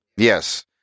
Yes